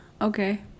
Okay